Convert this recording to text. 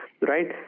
right